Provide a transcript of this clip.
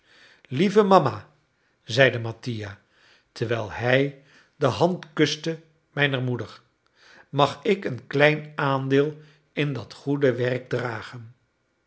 lieve mama zeide mattia terwijl hij de hand kuste mijner moeder mag ik een klein aandeel in dat goede werk dragen